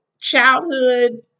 childhood